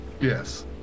Yes